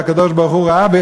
והקדוש-ברוך-הוא ראה,